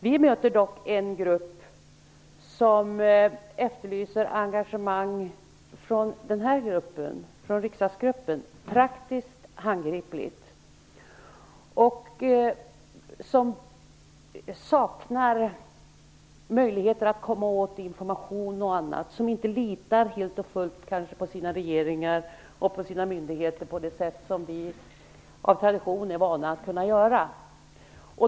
Vi möter dock en grupp som efterlyser praktiskt och handgripligt engagemang från oss, från riksdagsgruppen. De saknar möjligheter att komma åt information och annat, och de litar kanske inte helt och fullt på sina regeringar och myndigheter, som vi av tradition är vana att kunna göra.